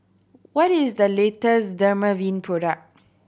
what is the latest Dermaveen product